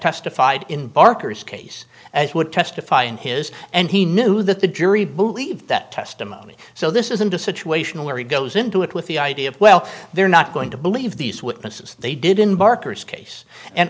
testified in barker's case as would testify in his and he knew that the jury believed that testimony so this isn't a situation where he goes into it with the idea of well they're not going to believe these witnesses they didn't barker's case and